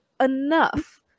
enough